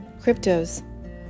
cryptos